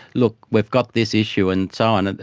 look, we've got this issue and so on, and